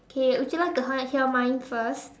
okay would you like to h~ hear mine first